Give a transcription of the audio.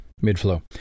Mid-flow